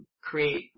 create